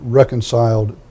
reconciled